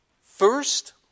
First